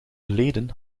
geleden